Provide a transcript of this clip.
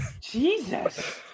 Jesus